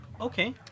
okay